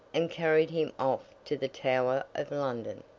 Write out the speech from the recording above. and carried him off to the tower of london.